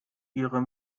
ihre